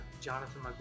Jonathan